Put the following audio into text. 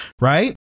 right